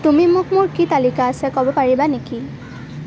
তুমি মোক মোৰ কি তালিকা আছে ক'ব পাৰিবা নেকি